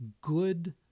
good